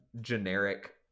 generic